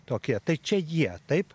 tokie tai čia jie taip